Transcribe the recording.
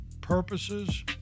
purposes